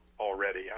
Already